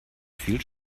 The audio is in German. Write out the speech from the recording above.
viel